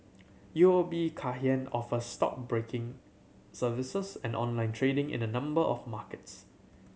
U O B Kay Hian offers stockbroking services and online trading in a number of markets